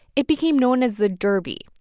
it became known as the derby,